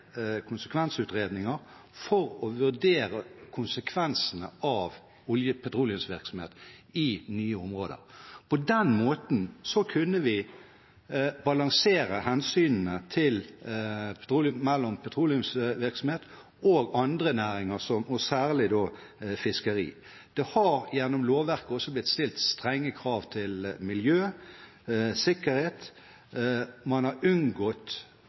konsekvensutredninger for å vurdere konsekvensene av petroleumsvirksomhet i nye områder. På den måten kunne vi balansere hensynene mellom petroleumsvirksomhet og andre næringer, og særlig fiskeri. Det har gjennom lovverket også blitt stilt strenge krav til miljø og sikkerhet, og man har unngått